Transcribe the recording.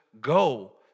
go